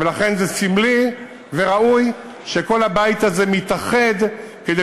ולכן זה סמלי וראוי שכל הבית הזה מתאחד כדי